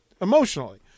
emotionally